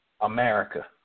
America